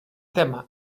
tema